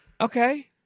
Okay